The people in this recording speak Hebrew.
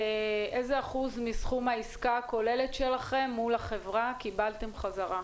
איזה אחוז מסכום העסקה הכוללת שלכם מול החברה קיבלתם חזרה?